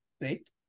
Right